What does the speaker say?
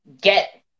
get